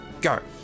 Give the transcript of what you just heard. go